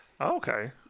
okay